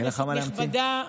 כנסת נכבדה,